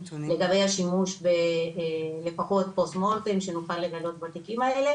לגבי השימוש שנוכל לגלות בתיקים האלה